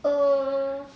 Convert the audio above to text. err